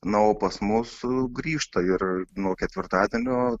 na o pas mus sugrįžta ir nuo ketvirtadienio